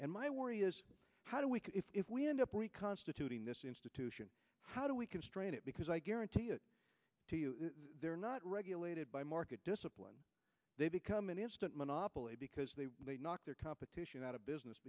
and my worry is how do we can if we end up reconstituting this institution how do we constrain it because i guarantee it they're not regulated by market discipline they become an instant monopoly because they knock their competition out of business